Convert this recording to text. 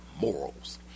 morals